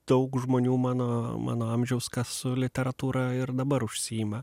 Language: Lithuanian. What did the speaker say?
daug žmonių mano mano amžiaus kas su literatūra ir dabar užsiima